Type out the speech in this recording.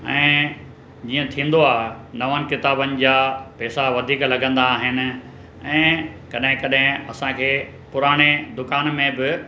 ऐं जीअं थींदो आहे नवा किताबनि जा पैसा वधीक लॻंदा आहिनि ऐं कॾहिं कॾहिं असांखे पुराणे दुकान में बि